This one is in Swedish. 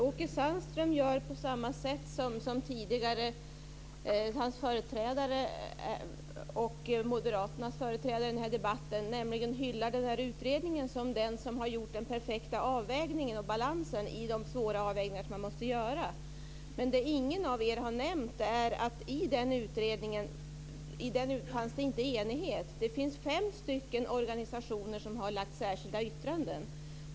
Fru talman! Åke Sandström gör som hans företrädare och moderaternas företrädare i den här debatten. Han hyllar nämligen utredningen för att ha hittat den perfekta balansen i de svåra avvägningar som man måste göra. Men det som ingen av er har nämnt är att i utredningen var det inte enighet. Det är fem organisationer som har avgett särskilda yttranden.